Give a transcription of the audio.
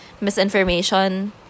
misinformation